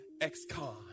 ex-con